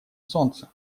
солнца